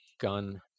gun